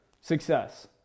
success